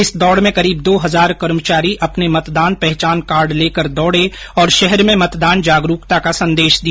इण दौड़ मांय करीब दो हजार कर्मचारी आपरा मतदान पहचान कार्ड लेर दौड़या अर शहर मांय मतदाता जागरूकता रो संदेश दिया